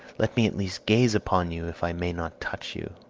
let me at least gaze upon you, if i may not touch you.